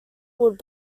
would